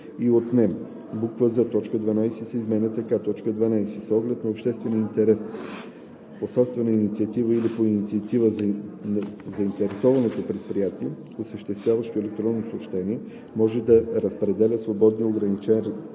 „и отнема“; з) точка 12 се изменя така: „12. с оглед на обществения интерес по собствена инициатива или по инициатива на заинтересовано предприятие, осъществяващо електронни съобщения, може да разпределя свободния ограничен